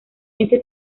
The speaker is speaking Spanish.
ese